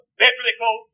biblical